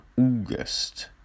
August